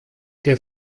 der